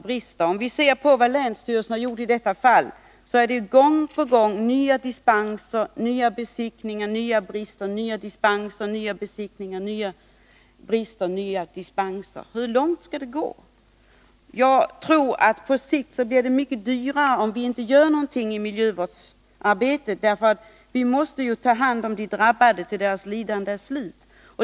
Om vi ser på vad länsstyrelsen har gjort i detta fall, så kan vi konstatera att det gång på gång varit fråga om nya dispenser, nya besiktningar och nya brister. Hur länge skall det pågå? Jag tror att det på sikt blir mycket dyrare om vi inte gör någonting i miljövårdsarbetet nu. Vi måste ju ta hand om de drabbade tills deras lidande är slut.